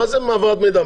מה זה העברת מידע?